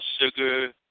sugar